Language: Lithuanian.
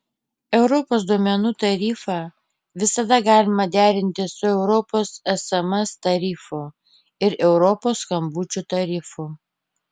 europos duomenų tarifą visada galima derinti su europos sms tarifu ir europos skambučių tarifu